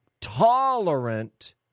tolerant